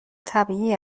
طبیعی